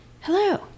Hello